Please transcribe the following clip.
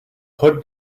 hood